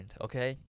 okay